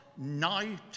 Night